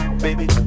Baby